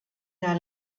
der